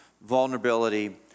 vulnerability